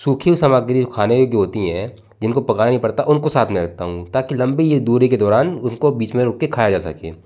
सूखी सामग्री खाने योग्य होती हैं जिनको पकाना नहीं पड़ता उनको साथ में रखता हूँ ताकि लंबी यह दूरी के दौरान उनको बीच में रुक के खाया जा सके